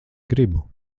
gribu